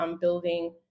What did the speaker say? building